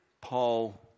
Paul